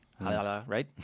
right